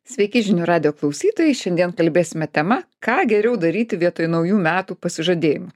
sveiki žinių radijo klausytojai šiandien kalbėsime tema ką geriau daryti vietoj naujų metų pasižadėjim